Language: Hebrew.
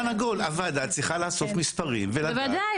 הוועדה צריכה לאסוף מספרים ולדעת כל חודש,